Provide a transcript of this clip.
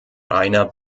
rainer